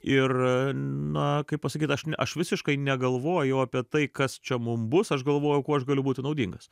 ir na kaip pasakyt aš ne aš visiškai negalvoju apie tai kas čia mum bus aš galvojau kuo aš galiu būti naudingas